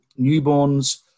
newborns